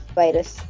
virus